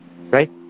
right